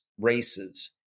races